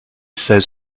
says